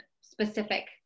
specific